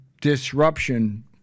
disruption